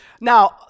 Now